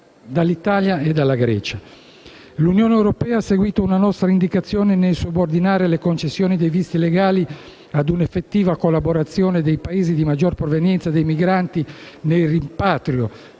L'Unione europea ha seguito una nostra indicazione nel subordinare la concessione dei visti legali a una effettiva collaborazione dei Paesi di maggiore provenienza dei migranti nel rimpatrio